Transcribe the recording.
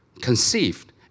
conceived